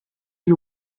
you